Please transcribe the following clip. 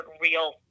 real